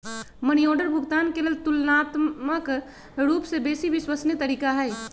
money order भुगतान के लेल ततुलनात्मक रूपसे बेशी विश्वसनीय तरीका हइ